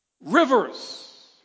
rivers